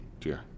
dear